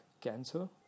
cancer